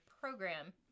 program